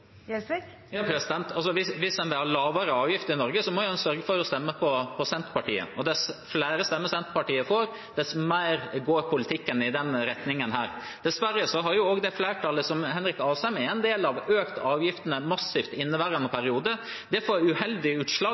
Gjelsvik kanskje ikke tåle. Mitt spørsmål er: Er det uaktuelt for Senterpartiet å sitte i en regjering som øker avgiftene på det nivået som deres samarbeidspartier foreslår? Hvis en vil ha lavere avgifter i Norge, må en sørge for å stemme på Senterpartiet. Dess flere stemmer Senterpartiet får, dess mer går politikken i den retningen. Dessverre har det flertallet som Henrik Asheim er en del av, økt avgiftene massivt i inneværende periode.